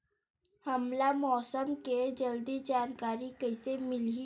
हमला मौसम के जल्दी जानकारी कइसे मिलही?